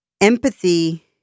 empathy